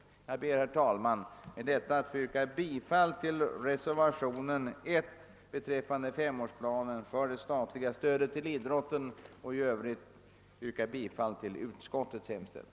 Herr talman! Jag ber att med dessa ord få yrka bifall till reservationen 1 beträffande femårsplan för det statliga stödet till idrotten och i övrigt bifall till utskottets hemställan.